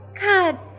God